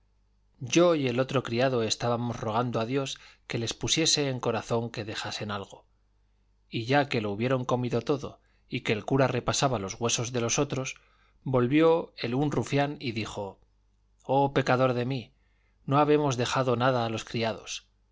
yo y el otro criado estábamos rogando a dios que les pusiese en corazón que dejasen algo y ya que lo hubieron comido todo y que el cura repasaba los huesos de los otros volvió el un rufián y dijo oh pecador de mí no habemos dejado nada a los criados